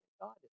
God